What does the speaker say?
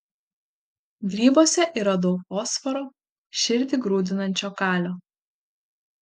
grybuose yra daug fosforo širdį grūdinančio kalio